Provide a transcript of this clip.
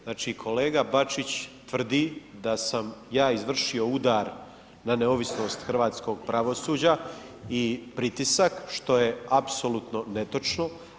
Znači, kolega Bačić tvrdi da sam ja izvršio udar na neovisnost hrvatskog pravosuđa i pritisak, što je apsolutno netočno.